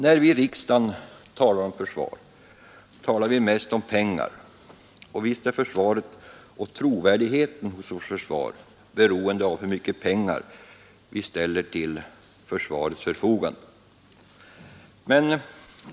När vi i riksdagen diskuterar försvar talar vi mest om pengar, och visst är försvaret och trovärdigheten hos vårt försvar beroende av hur mycket pengar vi ställer till försvarets förfogande.